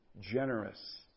Generous